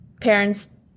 parents